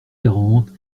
quarante